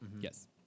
Yes